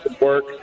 work